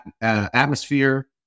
atmosphere